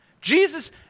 Jesus